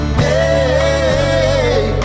hey